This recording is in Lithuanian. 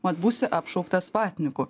mat būsi apšauktas vatniku